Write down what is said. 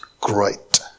Great